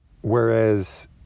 whereas